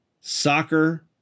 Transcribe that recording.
soccer